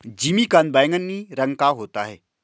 जिमीकंद बैंगनी रंग का होता है